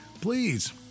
please